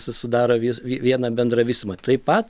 susidaro vis vieną bendrą visumą taip pat